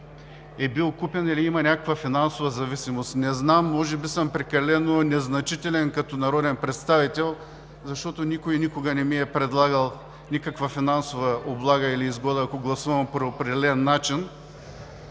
е бил купен или има някаква финансова зависимост. Не знам, може би съм прекалено незначителен като народен представител, защото никой никога не ми е предлагал някаква финансова облага или изгода, ако гласувам по определен начин.